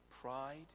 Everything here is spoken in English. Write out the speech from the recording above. pride